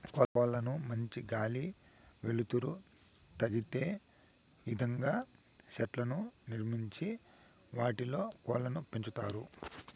కోళ్ళ కు మంచి గాలి, వెలుతురు తదిలే ఇదంగా షెడ్లను నిర్మించి వాటిలో కోళ్ళను పెంచుతారు